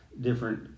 different